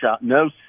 no